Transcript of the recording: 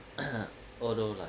although like